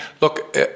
look